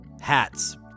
Hats